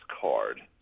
card